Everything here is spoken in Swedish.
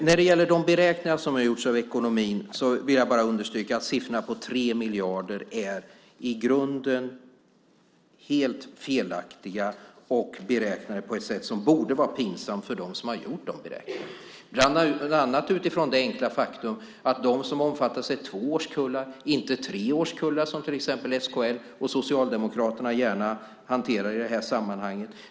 När det gäller de beräkningar som har gjorts av ekonomin vill jag bara understryka att siffrorna på 3 miljarder är helt felaktiga i grunden och beräknade på ett sätt som borde vara pinsamt för dem som har gjort beräkningarna, bland annat utifrån det enkla faktum att de som omfattas är två årskullar, inte tre årskullar som till exempel SKL och Socialdemokraterna gärna hanterar i detta sammanhang.